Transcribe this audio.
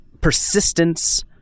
Persistence